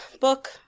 book